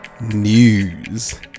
news